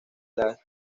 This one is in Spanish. las